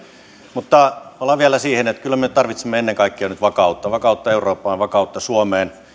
mutta palaan vielä siihen että kyllä me tarvitsemme ennen kaikkea nyt vakautta vakautta eurooppaan vakautta suomeen